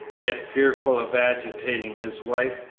yet fearful of agitating his wife,